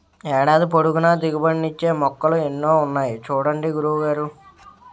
ఏడాది పొడుగునా దిగుబడి నిచ్చే మొక్కలు ఎన్నో ఉన్నాయి చూడండి గురువు గారు